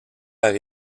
par